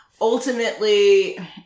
ultimately